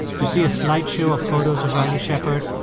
to see a slideshow of photos of riley shepard,